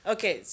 Okay